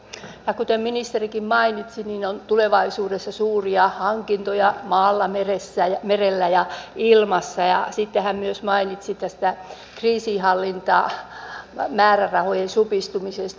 kuten ministerikin mainitsi tulevaisuudessa on suuria hankintoja maalle merelle ja ilmaan ja sitten hän mainitsi myös tästä kriisinhallintamäärärahojen supistumisesta